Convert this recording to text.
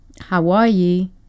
Hawaii